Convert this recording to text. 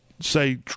say